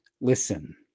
Listen